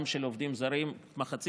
מחצית מזה של עובדים זרים ומחצית,